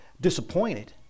disappointed